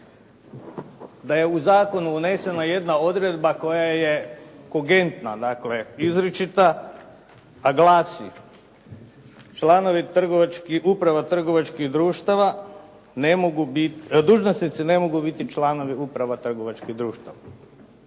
da je u zakonu unesena jedna odredba koja je kogentna, dakle izričita, a glasi: dužnosnici ne mogu biti članovi uprava trgovačkih društava,